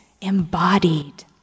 embodied